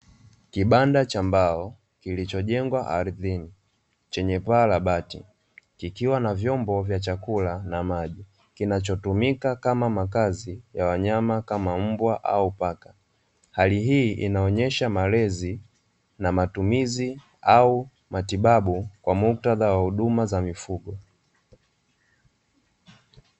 Kibanda cha mbao, kilichojengwa ardhini chenye paa la bati, kikiwa na vyumba vya chakula na maji, kinachotumika kama makazi ya wanyama kama mbwa au paka, hali hii inaonyesha malezi na matumizi au matibabu kwa muktadha wa huduma za mifugo.